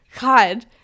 God